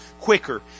quicker